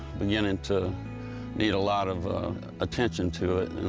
beginning to need a lot of attention to it,